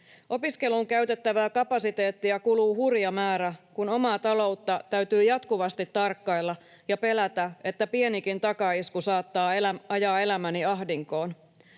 Opiskeluun käytettävää kapasiteettia kuluu hurja määrä, kun omaa taloutta täytyy jatkuvasti tarkkailla ja pelätä, että pienikin takaisku saattaa ajaa elämäni ahdinkoon.